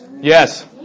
Yes